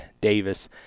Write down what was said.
Davis